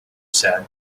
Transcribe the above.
said